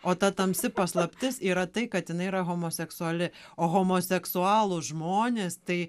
o ta tamsi paslaptis yra tai kad jinai yra homoseksuali o homoseksualūs žmonės tai